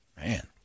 Man